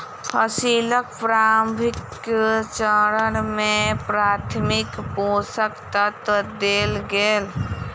फसीलक प्रारंभिक चरण में प्राथमिक पोषक तत्व देल गेल